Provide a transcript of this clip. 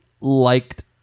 liked